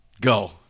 go